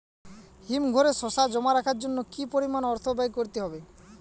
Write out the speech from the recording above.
হিমঘরে শসা জমা রাখার জন্য কি পরিমাণ অর্থ ব্যয় করতে হয়?